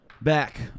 Back